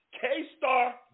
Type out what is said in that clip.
K-Star